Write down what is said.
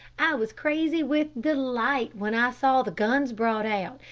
i was crazy with delight when i saw the guns brought out,